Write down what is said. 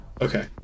Okay